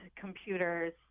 computers